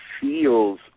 feels